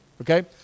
okay